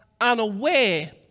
unaware